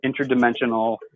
interdimensional